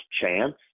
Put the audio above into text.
chance